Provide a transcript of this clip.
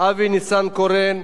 אבי ניסנקורן,